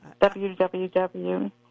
www